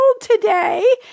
today